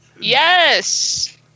Yes